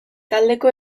taldeko